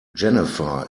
jennifer